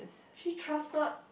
she trusted